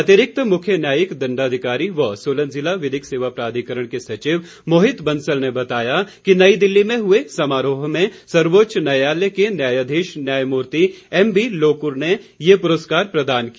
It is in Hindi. अतिरिक्त मुख्य न्यायिक दण्डाधिकारी व सोलन जिला विधिक सेवा प्राधिकरण के सचिव मोहित बंसल ने बताया कि नई दिल्ली में हुए समारोह में सर्वोच्च न्यायालय के न्यायाधीश न्यायमूर्ति एमबी लोकुर ने पुरस्कार प्रदान किया